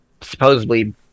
supposedly